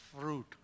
fruit